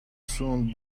soon